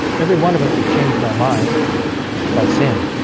every one of us have changed our mind by sin